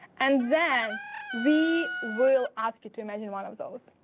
and then we will ask you to imagine one of those.